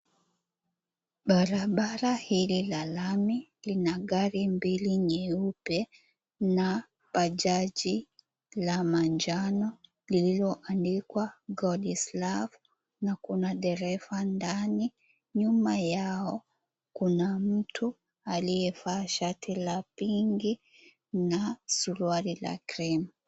Barabara hili la lami ina gari mbili nyeupe na bajaji la manjano lililoandikwa, God is Love na kuna dereva ndani. Nyuma yao kuna mtu aliyevaa shati la pink na suruali la cream .